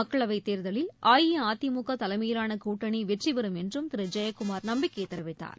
மக்களவைத் தேர்தலில் அஇஅதிமுக தலைமையிலான கூட்டணி வெற்றி பெறும் என்றும் திரு ஜெயக்குமார் நம்பிக்கைத் தெரிவித்தார்